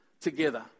together